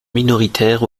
minoritaire